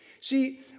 See